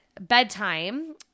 bedtime –